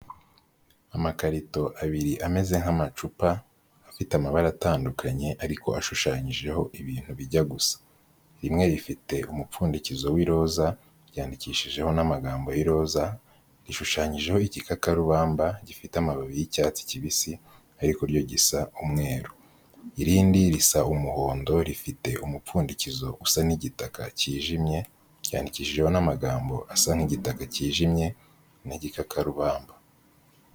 Amakarito abiri ameze nk'amacupa, afite amabara atandukanye ariko ashushanyijeho ibintu bijya gusa. Rimwe rifite umupfundikizo w'iroza, ryandikishijeho n'amagambo y'iroza, rishushanyijeho igikakarubamba gifite amababi y'icyatsi kibisi, ariko ryo gisa umweru. Irindi risa umuhondo, rifite umupfundikizo usa n'igitaka kijimye, ryandikishijeho n'amagambo asa nk'igitaka kijimye n'igikakarubamba.